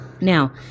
Now